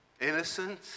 innocent